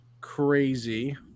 crazy